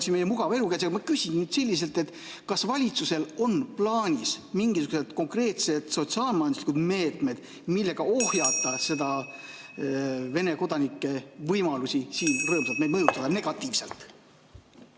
siin meie mugava elu peal. Aga ma küsin selliselt, kas valitsusel on plaanis mingisugused konkreetsed sotsiaal-majanduslikud meetmed, millega ohjata Vene kodanike võimalusi siin rõõmsalt meid negatiivselt